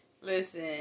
Listen